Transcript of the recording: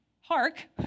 hark